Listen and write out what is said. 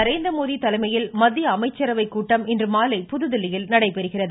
நரேந்திரமோதி தலைமையில் மத்திய அமைச்சரவைக் கூட்டம் இன்றுமாலை புதுதில்லியில் நடைபெறுகிறது